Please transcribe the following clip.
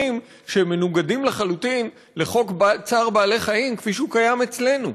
שהם מנוגדים לחלוטין לחוק צער בעלי-חיים כפי שהוא קיים אצלנו.